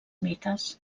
mites